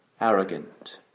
arrogant